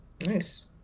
Nice